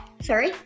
Sorry